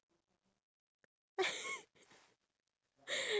!huh! you were just happily eating it I thought you knew